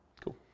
Cool